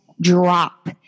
drop